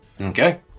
Okay